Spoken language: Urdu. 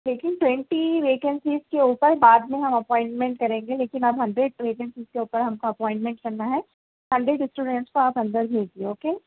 لیکن ٹوینٹی ویکینسیز کے اوپر بعد میں ہم اپوائنمنٹ کریں گے لیکن اب ہنڈریڈ ویکینسیز کے اوپر ہم کو اپوائنمنٹ کرنا ہے ہنڈریڈ اسٹوڈنٹس کو آپ اندر بھیجیے اوکے